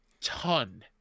ton